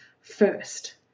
first